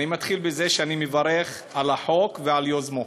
אני מתחיל בזה שאני מברך על החוק ועל יוזמו.